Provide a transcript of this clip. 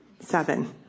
Seven